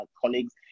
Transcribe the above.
colleagues